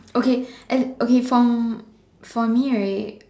okay and okay for for me right